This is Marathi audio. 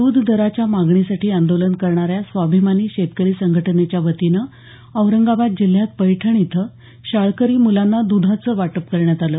द्ध दराच्या मागणीसाठी आंदोलन करणाऱ्या स्वाभिमानी शेतकरी संघटनेच्या वतीनं औरंगाबाद जिल्ह्यात पैठण इथं शाळकरी मुलांना दुधाचं वाटप करण्यात आलं